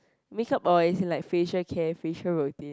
make-up or as in like facial care facial routine